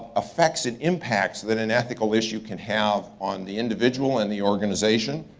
effects and impacts that an ethical issue can have on the individual and the organization.